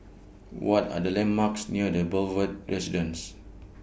What Are The landmarks near The Boulevard Residence